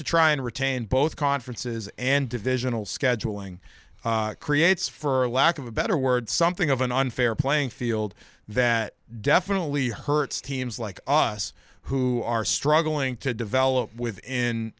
to try and retain both conferences and divisional scheduling creates for lack of a better word something of an unfair playing field that definitely hurts teams like us who are struggling to develop within